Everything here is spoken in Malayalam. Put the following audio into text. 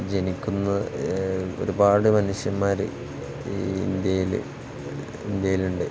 ജനിക്കുന്ന ഒരുപാട് മനുഷ്യന്മാര് ഈ ഇന്ത്യയില് ഇന്ത്യയിലുണ്ട്